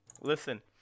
listen